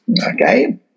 Okay